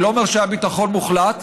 אני לא אומר שהיה ביטחון מוחלט,